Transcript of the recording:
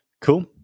Cool